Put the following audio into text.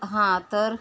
हां तर